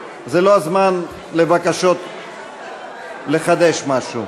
זה לא הזמן לבקשות לחדש משהו.